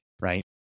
right